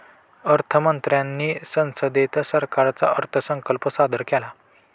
अर्थ मंत्र्यांनी संसदेत सरकारचा अर्थसंकल्प सादर केला